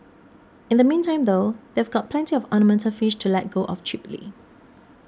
in the meantime though they've got plenty of ornamental fish to let go of cheaply